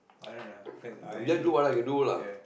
i don't know because I ya